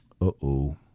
Uh-oh